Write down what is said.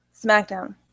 SmackDown